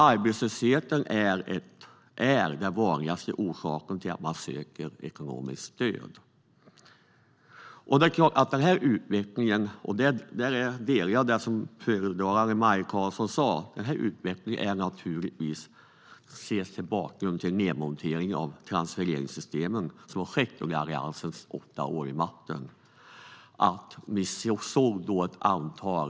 Arbetslöshet är den vanligaste orsaken till att man söker ekonomiskt bistånd. Denna utveckling kan naturligtvis ses mot bakgrund av nedmonteringen av transfereringssystemen som skedde under Alliansens åtta år vid makten. Där delar jag det som föregående talare, Maj Karlsson, sa.